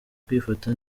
kwifata